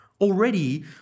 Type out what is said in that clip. Already